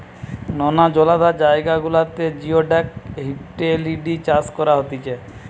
নোনা জলাধার জায়গা গুলাতে জিওডাক হিটেলিডি চাষ করা হতিছে